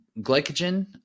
glycogen